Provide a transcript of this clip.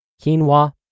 quinoa